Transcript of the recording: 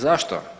Zašto?